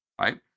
right